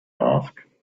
asked